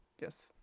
Yes